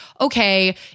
okay